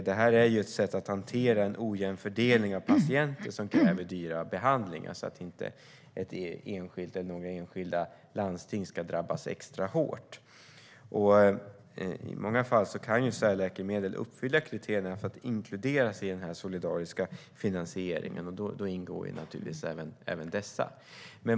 Det här är ett sätt att hantera en ojämn fördelning av patienter som kräver dyra behandlingar så att inte ett enskilt eller några enskilda landsting ska drabbas extra hårt. I många fall kan särläkemedel uppfylla kriterierna för att inkluderas i den här solidariska finansieringen, och då ingår naturligtvis även dessa.